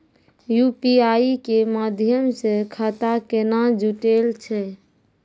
UPI के माध्यम से खाता केना जुटैय छै?